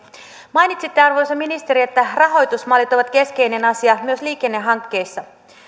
mainitsitte arvoisa ministeri että rahoitusmallit ovat keskeinen asia myös liikennehankkeissa